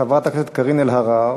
חברת הכנסת קארין אלהרר,